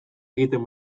egiten